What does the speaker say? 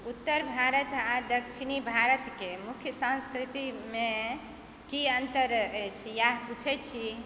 उत्तर भारत आ दक्षिणी भारत के मुख्य सांस्कृति मे की अंतर अछि इएह पुछै छी